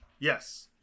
Yes